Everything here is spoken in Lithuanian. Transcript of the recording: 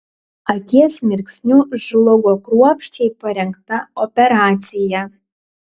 akies mirksniu žlugo kruopščiai parengta operacija